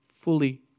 fully